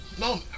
No